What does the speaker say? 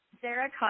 Sarah